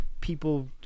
people